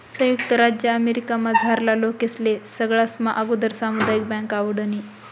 संयुक्त राज्य अमेरिकामझारला लोकेस्ले सगळास्मा आगुदर सामुदायिक बँक आवडनी